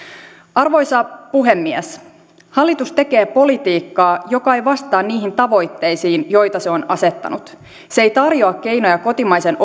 arvoisa puhemies hallitus tekee politiikkaa joka ei vastaa niihin tavoitteisiin joita se on asettanut se ei tarjoa keinoja kotimaisen